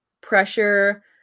pressure